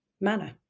manner